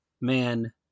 man